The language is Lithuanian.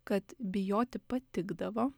kad bijoti patikdavo